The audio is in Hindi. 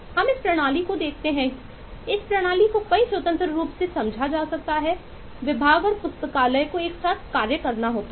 हम इस प्रणाली देखते हैं कि इस प्रणाली को कई स्वतंत्र रूप से समझा जा सकता है विभाग और पुस्तकालय को एक साथ कार्य करना होता है